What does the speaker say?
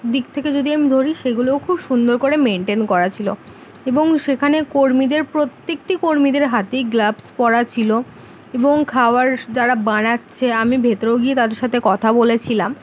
দিক থেকে যদি আমি ধরি সেগুলোও খুব সুন্দর করে মেইনটেন করা ছিলো এবং সেখানে কর্মীদের প্রত্যেকটি কর্মীদের হাতেই গ্লাভস পরা ছিলো এবং খাওয়ার যারা বানাচ্ছে আমি ভেতরেও গিয়ে তাদের সাথে কথা বলেছিলাম